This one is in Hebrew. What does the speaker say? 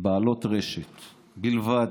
בעלות רשת בלבד.